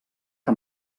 que